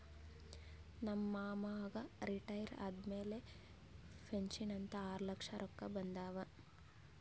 ನಮ್ ಮಾಮಾಗ್ ರಿಟೈರ್ ಆದಮ್ಯಾಲ ಪೆನ್ಷನ್ ಅಂತ್ ಆರ್ಲಕ್ಷ ರೊಕ್ಕಾ ಬಂದಾವ್